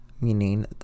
meaning